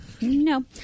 No